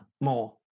more